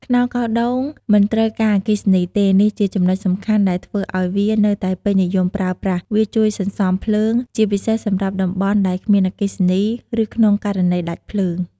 ខ្នោសកោងដូងមិនត្រូវការអគ្គិសនីទេ នេះជាចំណុចសំខាន់ដែលធ្វើឲ្យវានៅតែពេញនិយមប្រើប្រាស់ វាជួយសន្សំភ្លើង ជាពិសេសសម្រាប់តំបន់ដែលគ្មានអគ្គិសនី ឬ ក្នុងករណីដាច់ភ្លើង។